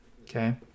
okay